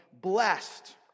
blessed